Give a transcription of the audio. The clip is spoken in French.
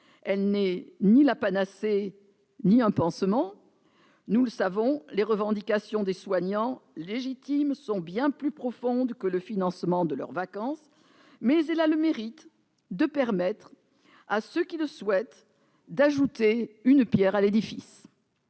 elle n'est ni la panacée ni un pansement. Nous le savons, les revendications des soignants, légitimes, sont bien plus profondes que le financement de leurs vacances, mais elle a le mérite de permettre à ceux qui le souhaitent d'ajouter une pierre à l'édifice.